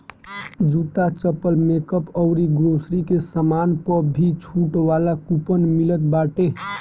जूता, चप्पल, मेकअप अउरी ग्रोसरी के सामान पअ भी छुट वाला कूपन मिलत बाटे